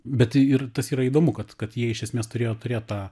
bet ir tas yra įdomu kad kad jie iš esmės turėjo turėjo tą